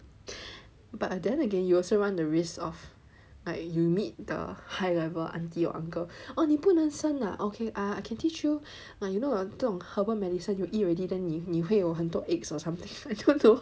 but then again you also run the risk of like you meet the high level auntie or uncle oh 你不能生 ah ok I can teach you like you know 这种 herbal medicine you eat already then 你会有很多 eggs or something I don't want to